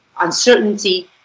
uncertainty